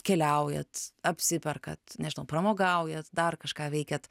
keliaujat apsiperkat nežinau pramogaujat dar kažką veikiat